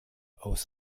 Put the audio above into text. aus